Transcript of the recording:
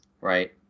right